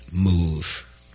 move